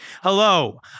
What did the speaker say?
Hello